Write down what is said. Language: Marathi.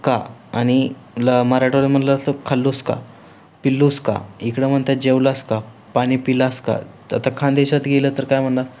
का आणि ल मराठवाले म्हणलं जातं खाल्लूस का पिल्लूस का इकडं म्हणतात जेवलास का पाणी पिलास का तर आता खानदेशात गेलं तर काय म्हणणार